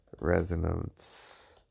Resonance